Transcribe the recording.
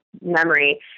memory